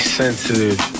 sensitive